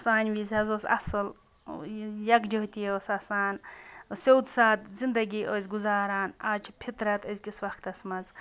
سانہِ وِزِ حظ اوس اَصٕل یکجٔہتی ٲس آسان سیوٚد سادٕ زِندگی ٲسۍ گُزاران آز چھِ فِطرت أزۍکِس وقتَس منٛز